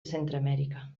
centreamèrica